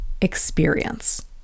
experience